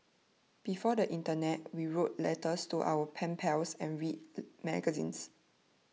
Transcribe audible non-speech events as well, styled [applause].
before the internet we wrote letters to our pen pals and read [unintelligible] magazines